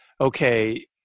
okay